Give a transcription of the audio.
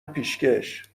پیشکش